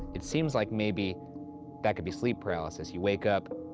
it seems like maybe that could be sleep paralysis. you wake up,